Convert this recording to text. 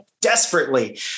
desperately